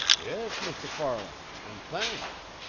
yes, mr. farland and thanks!